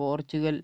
Portugal